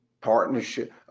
partnership